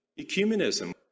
ecumenism